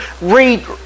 read